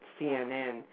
CNN